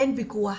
אין פיקוח,